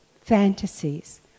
fantasies